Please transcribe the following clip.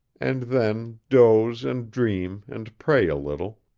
and then doze and dream and pray a little,